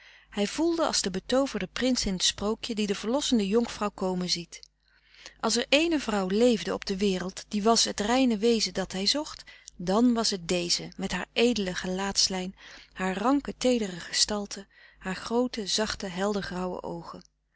hij voelde als de betooverde prins in t sprookje die de verlossende jonkvrouw komen ziet als er ééne vrouw leefde op de wereld die was het reine wezen dat hij zocht dan was het deze met haar edele gelaatslijn haar ranke teedere gestalte haar groote zachte heldergrauwe oogen